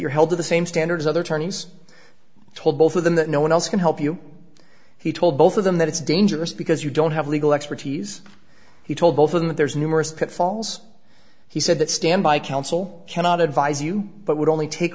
you're held to the same standard as other turnings told both of them that no one else can help you he told both of them that it's dangerous because you don't have legal expertise he told both of them that there's numerous pitfalls he said that stand by counsel cannot advise you but would only take